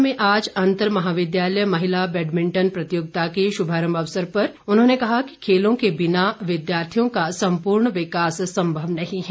शिमला में आज अंतर महाविद्यालय महिला बैडमिंटन प्रतियोगिता के शुभारंभ अवसर पर उन्होंने कहा कि खेलों के बिना विद्यार्थियों का सम्पूर्ण विकास संभव नहीं है